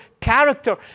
character